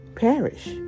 Perish